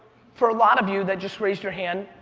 for a lot of you that just raised your hand,